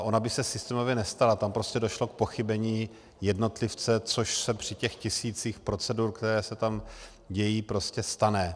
Ona by se systémově nestala, tam došlo k pochybení jednotlivce, což se při těch tisících procedur, které se tam dějí, prostě stane.